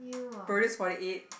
produce forty eight